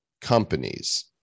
companies